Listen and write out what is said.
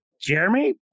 Jeremy